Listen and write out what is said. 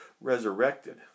resurrected